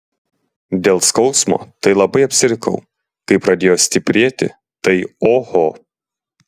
dėl skausmo tai labai apsirikau kai pradėjo stiprėti tai oho